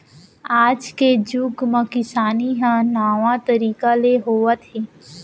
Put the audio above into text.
आज के जुग म किसानी ह नावा तरीका ले होवत हे